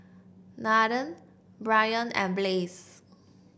Nathen Brynn and Blaze